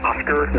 Oscar